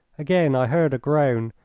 again i heard a groan,